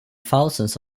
thousands